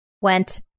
went